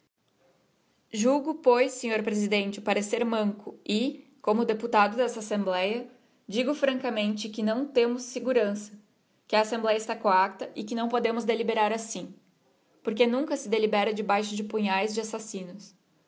julgo pois sr presidente o parecer manco e como deputado desta assembléa digo francamente que não temos segurança que a assembléa está coacta e que não podemos deliberar assim porque nunca se delibera debaixo de punhaes de assassinos